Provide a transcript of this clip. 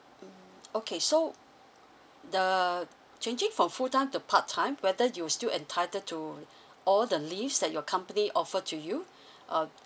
mm okay so the changing for full time to part time whether you still entitled to all the leaves that your company offer to you uh